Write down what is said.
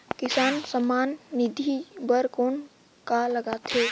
किसान सम्मान निधि बर कौन का लगथे?